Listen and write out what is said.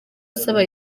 asaba